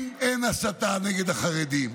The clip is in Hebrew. אם אין הסתה נגד החרדים,